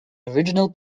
original